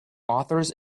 authors